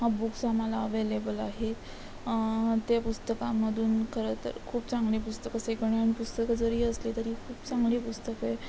हा बुक्स आम्हाला अवेलेबल आहेत ते पुस्तकामधून खरं तर खूप चांगली पुस्तकं सेकंड हँड पुस्तकं जरी असली तरी खूप चांगली पुस्तकं आहे